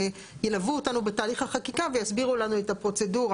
ילוו אותנו בתהליך החקיקה ויסבירו לנו את הפרוצדורה